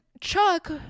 chuck